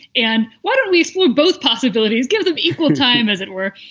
and why don't we explore both possibilities, give them equal time, as it were.